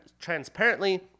Transparently